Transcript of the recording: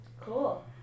Cool